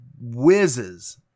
whizzes